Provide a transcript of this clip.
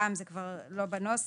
גם זה כבר לא בנוסח.